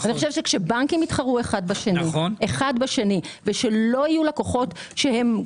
אני חושבת שכאשר בנקים יתחרו אחד בשני ולא יהיה מצב שכל